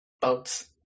boats